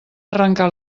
arrencar